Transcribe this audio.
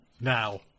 Now